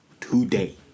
today